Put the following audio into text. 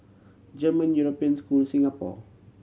German European School Singapore